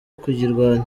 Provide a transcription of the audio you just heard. kuyirwanya